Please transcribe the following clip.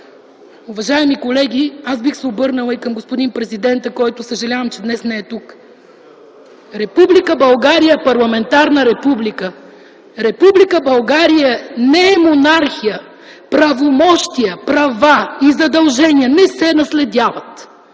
Уважаеми колеги, аз бих се обърнал и към господин президента, който съжалявам, че днес не е тук – Република България е парламентарна република. Република България не е монархия. Правомощия, права и задължения не се наследяват.